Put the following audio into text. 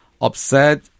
upset